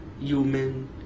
human